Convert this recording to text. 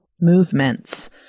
movements